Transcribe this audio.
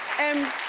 and